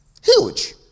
Huge